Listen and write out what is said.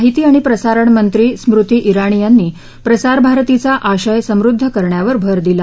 माहिती आणि प्रसारण मंत्री स्मृती िवणी यांनी प्रसारभारतीचा आशय समृध्द करण्यावर भर दिला